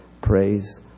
Praise